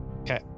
Okay